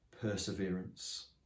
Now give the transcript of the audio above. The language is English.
perseverance